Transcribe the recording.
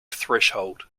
threshold